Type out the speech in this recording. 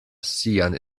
sian